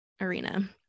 arena